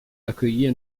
accueillie